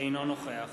אינו נוכח